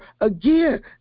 Again